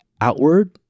outward